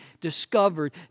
discovered